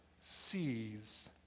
sees